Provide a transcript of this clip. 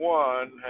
one